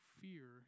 fear